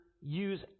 use